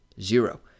Zero